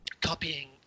copying